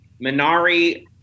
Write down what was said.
Minari